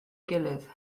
gilydd